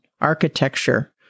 architecture